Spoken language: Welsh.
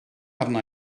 arna